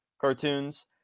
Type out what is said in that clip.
cartoons